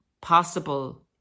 possible